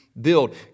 build